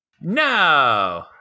No